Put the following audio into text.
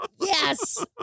yes